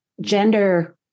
gender